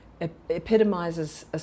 epitomizes